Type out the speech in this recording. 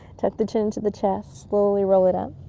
tuck the chin to the chest. slowly roll it up.